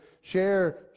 share